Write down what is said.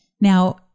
Now